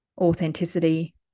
authenticity